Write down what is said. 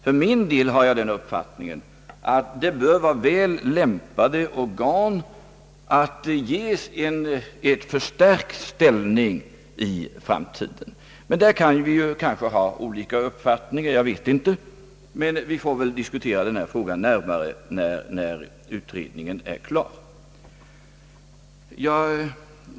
För min del har jag den uppfattningen att de bör vara väl lämpade organ att ges en förstärkt ställning i framtiden. Men därvidlag kan vi ha olika uppfattningar. Jag vet inte, men vi får väl diskutera denna fråga närmare när utredningen är klar.